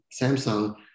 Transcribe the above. Samsung